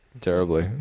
terribly